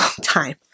time